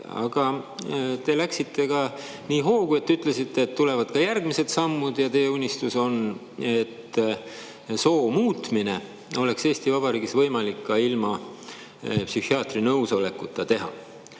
Aga te läksite nii hoogu, et ütlesite, et tulevad ka järgmised sammud ja teie unistus on, et soo muutmine oleks Eesti Vabariigis võimalik ka ilma psühhiaatri nõusolekuta.